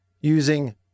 using